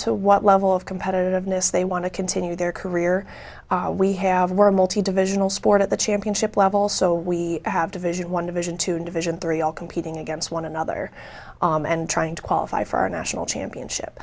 to what level of competitiveness they want to continue their career we have we're a multi divisional sport at the championship level so we have division one division two divisions three all competing against one another and trying to qualify for our national championship